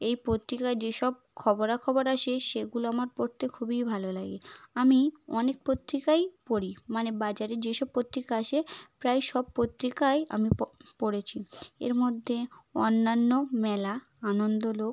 এই পত্রিকায় যেসব খবরাখবর আসে সেগুলো আমার পড়তে খুবই ভালো লাগে আমি অনেক পত্রিকাই পড়ি মানে বাজারে যেসব পত্রিকা আসে প্রায় সব পত্রিকাই আমি পড়েছি এর মধ্যে অন্যান্য মেলা আনন্দলোক